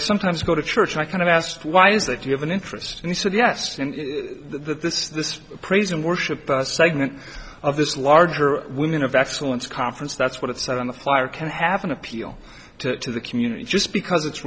i sometimes go to church i kind of asked why is that you have an interest and he said yes in this this praise and worship segment of this larger women of excellence conference that's what it said on the flyer can have an appeal to the community just because it's